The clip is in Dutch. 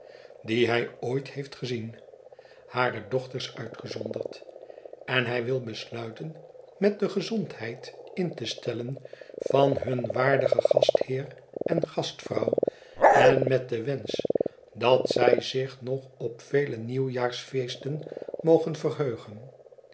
die hij ooit heeft gezien hare dochters uitgezonderd en hij wil besluiten met de gezondheid in te stellen van hun waardigen gastheer en gastvrouw en met den wensch dat zij zich nog op vele nieuwjaarsfeesten mogen verheugen